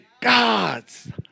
God's